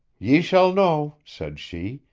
ye shall know, said she,